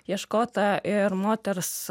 ieškota ir moters